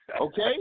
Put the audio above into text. Okay